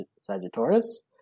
Sagittarius